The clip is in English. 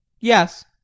Yes